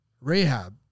Rahab